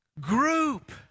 group